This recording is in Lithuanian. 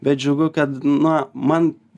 bet džiugu kad na man